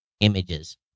images